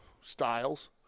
styles